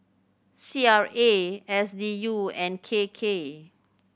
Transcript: C R A S D U and K K